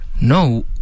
No